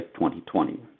2020